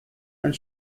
and